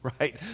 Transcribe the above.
right